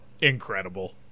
incredible